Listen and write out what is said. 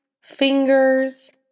fingers